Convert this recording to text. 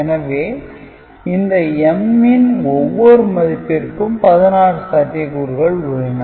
எனவே இந்த M இன் ஒவ்வொரு மதிப்பிற்கும் 16 சாத்தியக்கூறுகள் உள்ளன